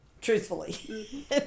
truthfully